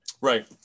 Right